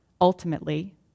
ultimately